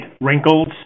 wrinkles